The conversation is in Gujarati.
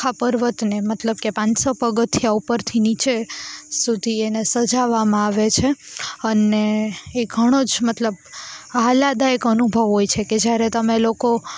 આખા પર્વતને મતલબ પાંચસો પગથિયાં ઉપરથી નીચે સુધી એને સજાવવામાં આવે છે અને એ ઘણો જ મતલબ આહ્લાદાયક અનુભવ હોય છે કે જ્યારે તમે લોકો